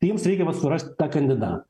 jiems reikia vat surast tą kandida